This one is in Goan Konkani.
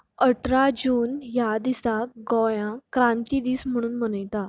अठरा जून ह्या दिसाक गोयांत क्रांती दीस म्हणून मनयता